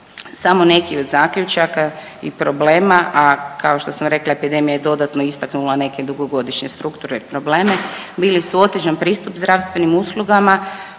Samo neki od zaključaka i problema, a kao što sam rekla, epidemija je dodatno istaknula neke dugogodišnje strukturne probleme, bili su otežan pristup zdravstvenim uslugama,